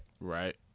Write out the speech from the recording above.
Right